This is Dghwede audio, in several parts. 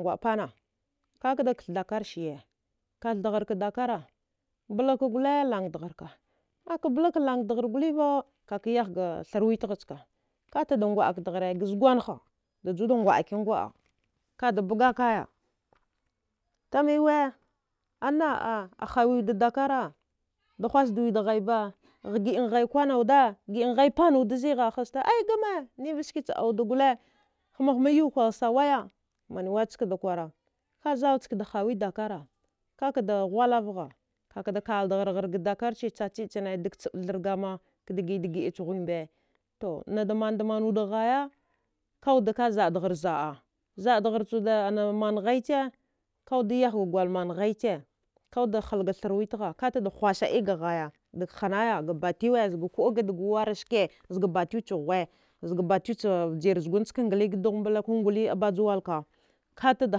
Gwada pana, ka ga katha dakara siye katha da hari ci dakara, blaka gwila lagdari ka. Ka ka bla ka lagdari va ka yahaya ka zuthwitigha cika, ka tre da at gwaduha ka zugwanha juwa da gwaaki dahari ga zuugwanha, kati b bagka kiya tumu wi ana a hawi wuda dakari? Da hus di wi da haya ba, gida ma naya kwana wude gida mba hanya pana wwude zita ngma, ni ska ju ɗua wude, hma hma yuwe kwal sawaya mnawi a ska da kware, ka zalacikada hawaya dakari ka hgwalava kladari ka dakara ziga caceci cine ka ka da wahalva ka da kla da hari hari ci dakara cicimbe da to ci thvagma ga di gida gida ci hwe mba, nada mna mna wude haya, da zadra zada zadara mna bayaci ka wude yahaya gwal mna hayaci ka wude hara thghawita ka ti da hu hwasiga ahaya, dga himaya to bituwe kudga da wara cki, zga bituwe hwe, zga batuwe ga bjiru zugni ze ɗkila, ku vjara denhwa zite dkila. Ka ngli batza wala kate da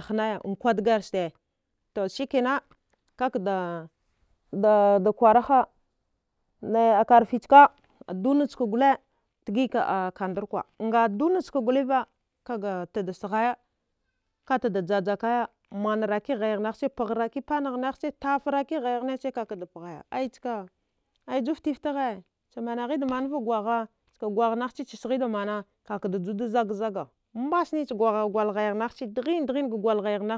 hine kwata dari sati to ski ka da da kwari ha, naya karfecika, dunakaci gwal digika kanduvaka, ardunaciva tida zato haya ka jaja mana karaja haya nagheci panaghe ci tafra kaya haya naci ka ka da paha aya ju fita fita kha, manida mna va gwaha, gwaha nahaci siye da mana da zaga zaga masni ci gwa haya nbaci dhe dhe